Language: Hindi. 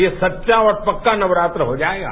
ये सच्चा और पक्का नवरात्र हो जाएगा